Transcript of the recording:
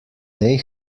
they